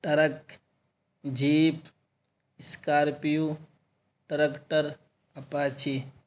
truck jeep scorpio tractor apache